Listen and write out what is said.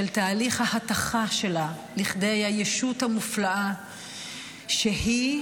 של תהליך ההתכה שלה לכדי הישות המופלאה שהיא,